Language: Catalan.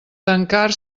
tancar